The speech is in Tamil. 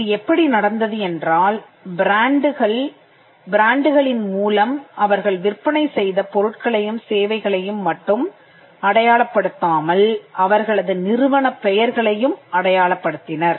இது எப்படி நடந்தது என்றால் பிராண்டுகள் பிராண்டுகளின் மூலம் அவர்கள் விற்பனை செய்த பொருட்களையும் சேவைகளையும் மட்டும் அடையாளப் படுத்தாமல் அவர்களது நிறுவனப் பெயர்களையும் அடையாளப்படுத்தினர்